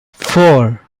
four